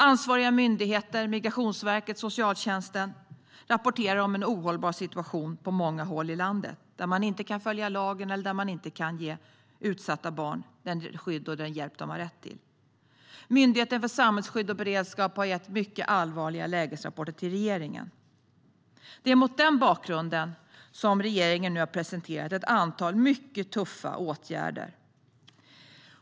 Ansvariga myndigheter såsom Migrationsverket och socialtjänsten rapporterar om en ohållbar situation på många håll i landet där man inte kan följa lagen eller inte kan ge utsatta barn det skydd och den hjälp som de har rätt till. Myndigheten för samhällsskydd och beredskap har lämnat mycket allvarliga lägesrapporter till regeringen. Det är mot den bakgrunden som regeringen nu har presenterat ett antal mycket tuffa åtgärder.